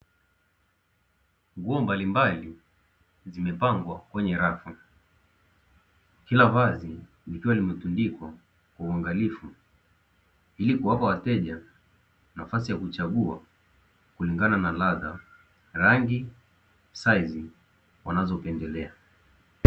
Nguo mbalimbali zimepangwa kwenye rafu kila vazi likiwa limetundikwa kwa uangalifu, ili kuwapa wateja nafasi ya kuchagua kulingana na ladha, rangi, saizi wanazopendelea.